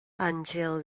until